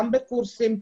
גם בקורסים,